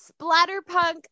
splatterpunk